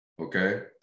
Okay